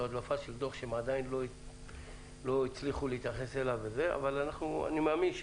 הדלפה של דוח שהם עדין לא הצליחו להתייחס אליו אבל אני מאמין,